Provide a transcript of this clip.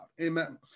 Amen